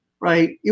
right